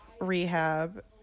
rehab